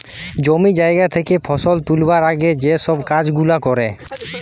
জমি জায়গা থেকে ফসল তুলবার আগে যেই সব কাজ গুলা করে